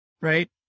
right